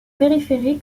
périphérie